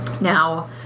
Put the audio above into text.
Now